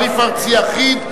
אני מאוד מודה לשר עוזי לנדאו.